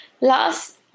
last